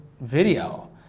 video